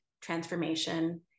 transformation